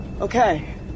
Okay